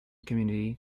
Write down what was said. community